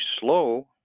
slow